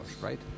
right